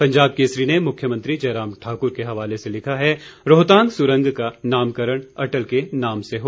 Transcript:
पंजाब केसरी ने मुख्यमंत्री जयराम ठाकुर के हवाले से लिखा है रोहतांग सुरंग का नामकरण अटल के नाम से हो